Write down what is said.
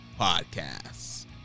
podcasts